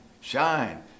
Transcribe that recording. Shine